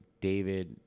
david